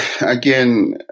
again